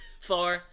Four